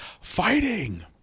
Fighting